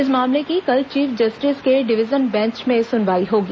इस मामले की कल चीफ जस्टिस के डिवीजन बेंच में सुनवाई होगी